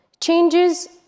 changes